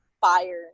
Fire